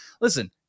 listen